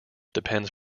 depends